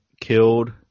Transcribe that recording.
killed